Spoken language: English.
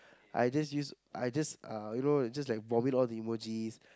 I just use I just uh you know just like vomit all the emojis